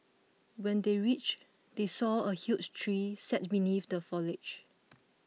when they reached they saw a huge tree sat beneath the foliage